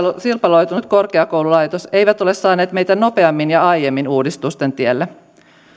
sirpaloitunut korkeakoululaitos eivät ole saaneet meitä nopeammin ja aiemmin uudistusten tielle